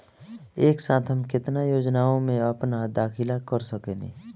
एक साथ हम केतना योजनाओ में अपना दाखिला कर सकेनी?